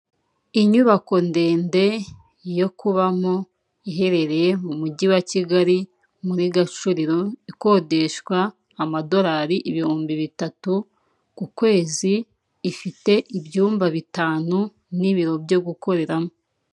Inyubako ndende yo kubamo iherereye mu mujyi wa kigali muri gacuriro ikodeshwa amadolari ibihumbi bitatu ku kwezi ifite ibyumba bitanu n'ibiro byo gukoreramo.